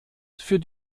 für